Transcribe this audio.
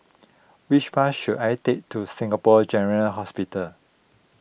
which bus should I take to Singapore General Hospital